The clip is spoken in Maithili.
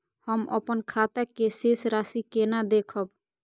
हम अपन खाता के शेष राशि केना देखब?